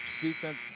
defense